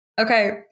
Okay